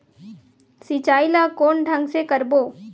सिंचाई ल कोन ढंग से करबो?